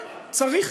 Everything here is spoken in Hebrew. כן, צריך.